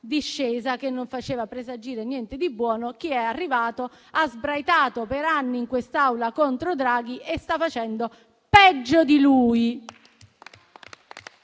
che non faceva presagire niente di buono. Chi è arrivato ha sbraitato per anni in quest'Aula contro Draghi e sta facendo peggio di lui.